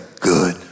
good